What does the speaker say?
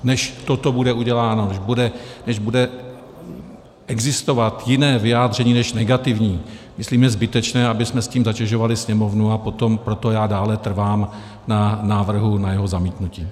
Než toto bude uděláno, než bude existovat jiné vyjádření než negativní, myslím, je zbytečné, abychom tím zatěžovali Sněmovnu, a proto já dále trvám na návrhu na jeho zamítnutí.